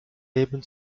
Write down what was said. leben